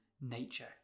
nature